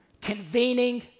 convening